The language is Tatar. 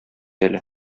әле